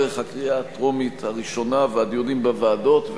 דרך הקריאה הטרומית והקריאה הראשונה והדיונים בוועדות,